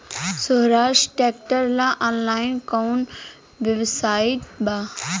सोहराज tractor ला online कोउन website बा?